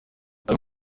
ayo